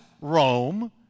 Rome